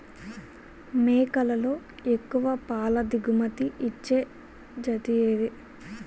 మేకలలో ఎక్కువ పాల దిగుమతి ఇచ్చే జతి ఏది?